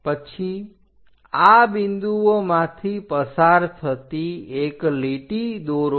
પછી આ બિંદુઓમાંથી પસાર થતી એક લીટી દોરો